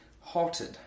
halted